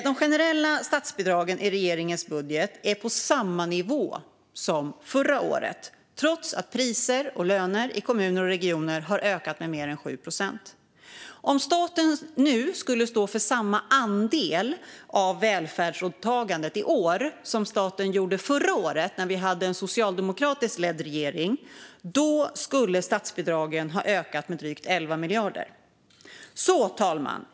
De generella statsbidragen i regeringens budget är på samma nivå som förra året, trots att priser och löner i kommuner och regioner har ökat med mer än 7 procent. Om staten skulle stå för samma andel av välfärdsåtagandet i år som staten gjorde förra året, när vi hade en socialdemokratiskt ledd regering, skulle statsbidragen öka med drygt 11 miljarder. Fru talman!